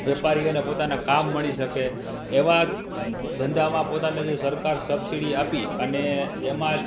વેપારીઓને પોતાનાં કામ મળી શકે એવા જ ધંધામાં પોતાને જો સરકાર સબસીડી આપી અને એમાં